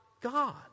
God